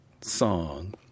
song